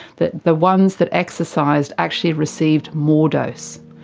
that the ones that exercised actually received more dose.